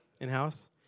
In-house